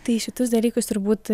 tai šitus dalykus turbūt